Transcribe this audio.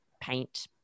paint